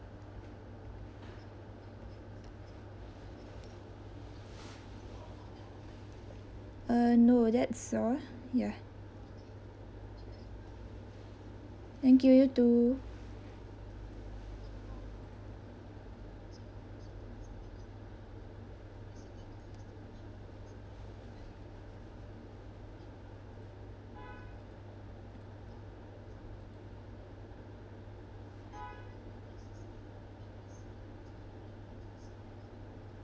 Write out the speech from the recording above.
uh no that's all ya thank you you too